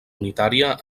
unitària